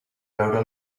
veure